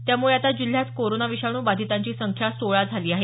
त्यामुळे आता जिल्ह्यात कोरोना विषाणू बाधितांची संख्या सोळा झाली आहे